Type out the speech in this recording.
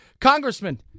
Congressman